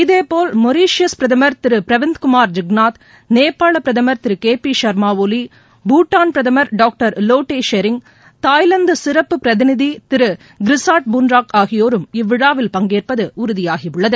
இதேபோல் மொரீஷியஷ் பிரதமர் திரு பிரவிந்த் குமார் ஜூக்நாத் நேபாள பிரதமர் திரு கே பி ஷர்மா ஒவி பூட்டான் பிரதமர் டாக்டர் லோட்டே ஷெரிங் தாய்லாந்து சிறப்பு பிரதிநிதி திரு கிரிசடா பூன்ராக் ஆகியோரும் விழாவில் பங்கேற்பது உறுதியாகியுள்ளது